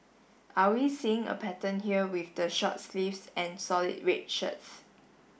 are we seeing a pattern here with the short sleeves and solid red shirts